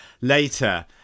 later